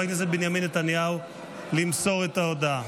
הכנסת בנימין נתניהו למסור את ההודעה.